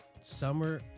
summer